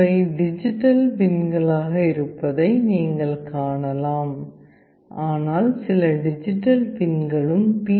இவை டிஜிட்டல் பின்களாக இருப்பதை நீங்கள் காணலாம் ஆனால் சில டிஜிட்டல் பின்களும் பி